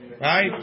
right